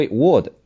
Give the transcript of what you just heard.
Word